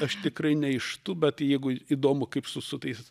aš tikrai ne iš tų bet jeigu įdomu kaip su su tais